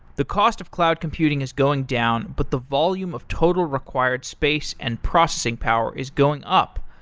the cost of cloud computing is going down, but the volume of total required space and processing power is going up.